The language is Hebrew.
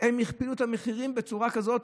הכפילו את המחירים בצורה כזאת,